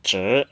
只